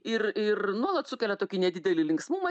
ir ir nuolat sukelia tokį nedidelį linksmumą